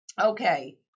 Okay